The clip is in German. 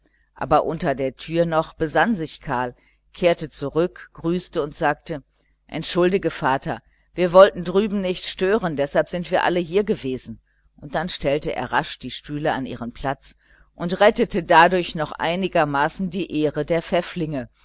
aber noch unter der türe besann sich karl kehrte zurück grüßte und sagte entschuldige vater wir wollten drüben nicht stören deshalb sind wir alle hier gewesen dann stellte er rasch die stühle an ihren platz und rettete dadurch noch einigermaßen die ehre der pfäfflinge